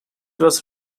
was